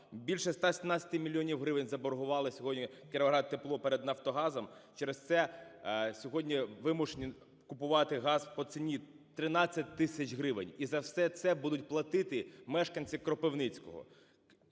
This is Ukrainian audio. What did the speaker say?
Більше 117 мільйонів гривень заборгували сьогодні "Кіровоградтепло" перед "Нафтогазом", через це сьогодні вимушені купувати газ по ціні 13 тисяч гривень. І за все це будуть платити мешканці Кропивницького.